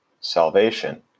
salvation